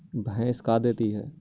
भैंस का देती है?